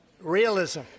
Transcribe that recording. realism